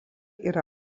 yra